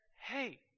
hey